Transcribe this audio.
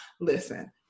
listen